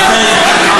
לכן,